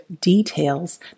details